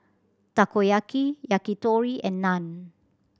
Takoyaki Yakitori and Naan